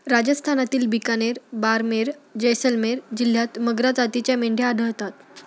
राजस्थानातील बिकानेर, बारमेर, जैसलमेर जिल्ह्यांत मगरा जातीच्या मेंढ्या आढळतात